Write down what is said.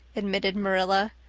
admitted marilla.